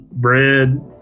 bread